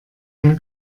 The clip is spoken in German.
mehr